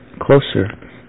closer